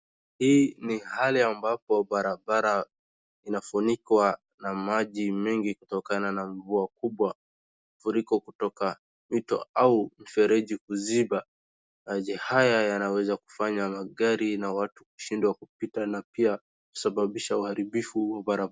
Hii ni hali ambapo barabara inafunikwa na maji mengi kutokana na mvua kubwa. Furiko kutoka mito au mifereji kuziba, maji haya yanawezakufanya kufanya magari na watu kushindwa kupita na pia kusababisha uharibifu wa bara.